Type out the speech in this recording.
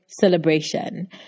Celebration